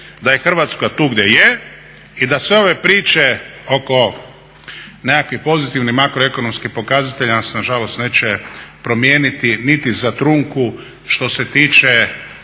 da je Hrvatska tu gdje je i da sve ove priče oko nekakvih pozitivnih makroekonomskim pokazateljima se na žalost neće promijeniti niti za trunku što se tiče